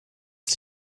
ist